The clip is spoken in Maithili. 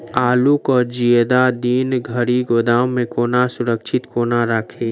आलु केँ जियादा दिन धरि गोदाम मे कोना सुरक्षित कोना राखि?